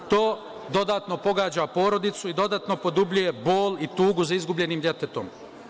To dodatno pogađa porodicu i dodatno podubljuje bol i tugu za izgubljenim detetom.